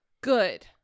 Good